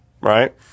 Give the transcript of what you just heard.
right